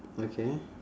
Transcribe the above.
okay